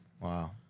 Wow